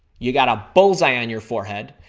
you got a bullseye on your forehead.